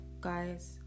guys